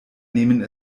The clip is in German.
nehmen